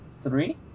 three